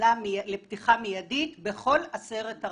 לפתיחה מיידית בכל עשרת הרשויות.